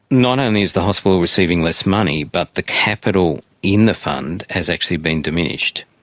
not only is the hospital receiving less money, but the capital in the fund has actually been diminished.